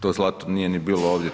To zlato nije ni bilo ovdje.